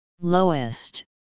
lowest